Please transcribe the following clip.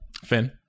Finn